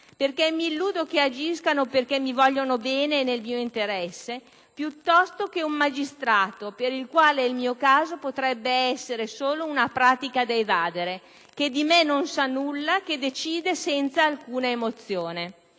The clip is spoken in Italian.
illudo infatti che agiscano perché mi vogliono bene e nel mio interesse, piuttosto che un magistrato, per il quale il mio caso potrebbe essere solo una pratica da evadere, che di me non sa nulla, che decide senza alcuna emozione.